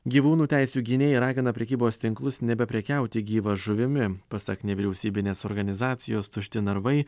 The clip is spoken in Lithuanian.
gyvūnų teisių gynėjai ragina prekybos tinklus nebeprekiauti gyva žuvimi pasak nevyriausybinės organizacijos tušti narvai